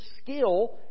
skill